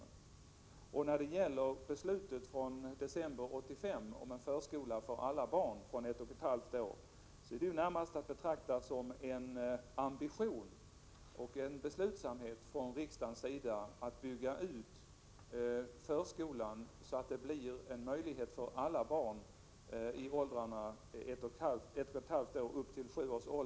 Beslutet från december 1985 om en förskola för alla barn från ett och ett halvt års ålder är närmast att betrakta som en ambition och en beslutsamhet från regeringens sida att bygga ut förskolan för alla barn i åldrarna 1,5—7 år.